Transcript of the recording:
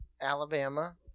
Alabama